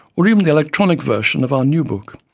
or even the electronic version of our new book.